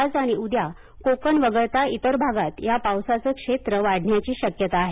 आज आणि उद्या कोकण वगळता इतर भागात या पावसाचं क्षेत्र वाढण्याची शक्यता आहे